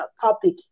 topic